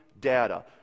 data